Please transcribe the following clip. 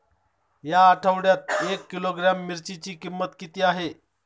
या आठवड्यात एक किलोग्रॅम मिरचीची किंमत किती आहे?